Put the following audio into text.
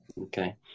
Okay